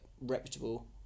reputable